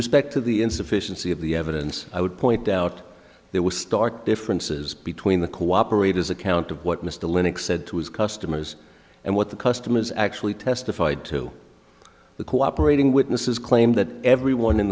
respect to the insufficiency of the evidence i would point out there were stark differences between the cooperators account of what mr linux said to his customers and what the customers actually testified to the cooperating witnesses claim that everyone in